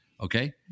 okay